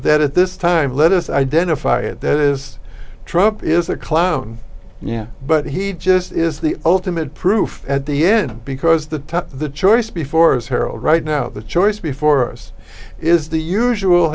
that at this time let us identify it as trump is a clown yeah but he just is the ultimate proof at the end because the top the choice before his her own right now the choice before us is the usual